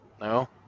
No